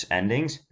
endings